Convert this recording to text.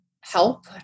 help